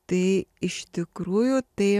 tai iš tikrųjų tai